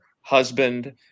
husband